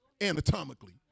anatomically